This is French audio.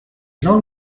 jean